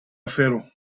acero